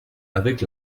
avec